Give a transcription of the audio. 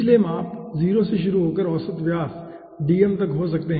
निचले माप 0 से शुरू होकर औसत व्यास dm तक हो सकते हैं ठीक है